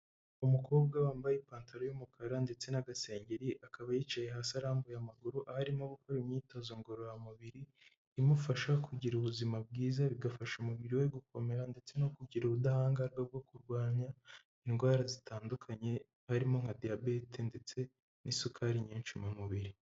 Umukobwa wambaye ipantaro y'umukara ndetse n'agasengeri, akaba yicaye hasi arambuye amaguru arimo gukora imyitozo ngororamubiri imufasha kugira ubuzima bwiza, bigafasha umubiri we gukomera ndetse no kugira ubudahangarwa bwo kurwanya indwara zitandukanye harimo nka diyabete ndetse n'isukari nyinshi mu mubiri.